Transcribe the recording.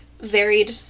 varied